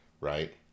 right